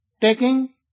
taking